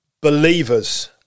believers